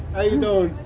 i don't